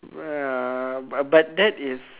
right but that is